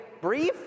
brief